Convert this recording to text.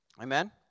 Amen